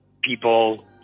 people